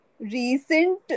Recent